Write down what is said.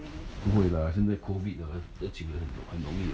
不会啦现在 covid uh 要请人很很容易